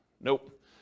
nope